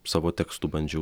savo tekstu bandžiau